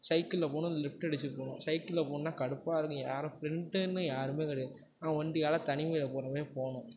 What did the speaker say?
சைக்கிளில் போகணும் இல்லை லிஃப்ட் அடிச்சு போகணும் சைக்கிளில் போகணுன்னா கடுப்பாக இருக்கும் யாரும் ஃபிரெண்டுனு யாருமே கிடையாது நநான் ஒண்டி ஆளாக தனிமையில போகிற மாரி போகணும்